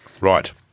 Right